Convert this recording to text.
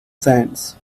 sands